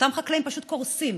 שאותם חקלאים פשוט קורסים.